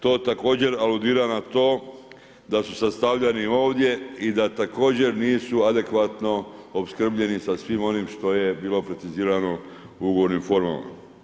To također aludira na to da su sastavljani ovdje i da također nisu adekvatno opskrbljeni sa svim onim što je bilo precizirano u ugovornim formama.